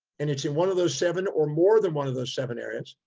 and it's in one of those seven or more than one of those seven areas.